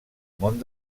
món